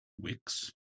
Wix